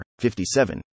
57